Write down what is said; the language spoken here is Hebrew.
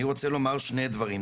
אני רוצה לומר שני דברים,